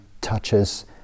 touches